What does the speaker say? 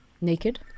Naked